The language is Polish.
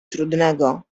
trudnego